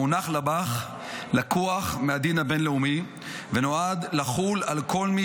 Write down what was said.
המונח לב"ח לקוח מהדין הבין-לאומי ונועד לחול על כל מי